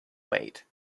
weight